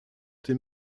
den